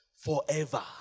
Forever